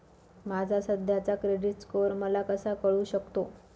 माझा सध्याचा credit score मला कसा कळू शकतो?